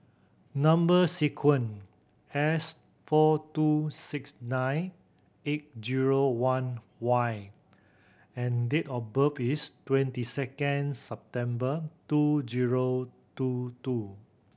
number sequence S four two six nine eight zero one Y and date of birth is twenty second September two zero two two